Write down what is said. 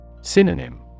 Synonym